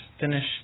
finished